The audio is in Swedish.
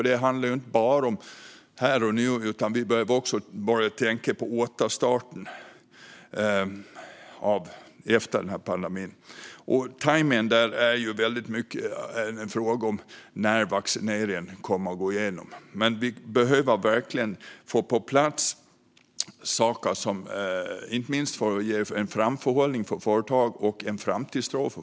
Det handlar ju inte bara om här och nu, utan vi behöver också börja tänka på återstarten efter pandemin. Tajmningen där handlar väldigt mycket om när vaccineringen kommer att gå igenom. Vi behöver dock verkligen få saker på plats som inte minst underlättar framförhållning för företagen och ger dem framtidstro.